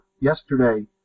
yesterday